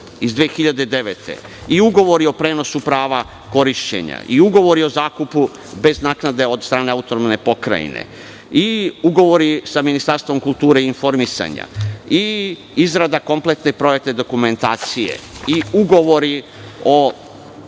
iz 2009. godine, i ugovori o prenosu prava korišćenja, i ugovori o zakupu bez naknade od strane AP, i ugovori sa Ministarstvom kulture i informisanja, i izrada kompletne projektne dokumentacije, i ugovori o